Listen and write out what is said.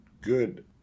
good